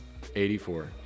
84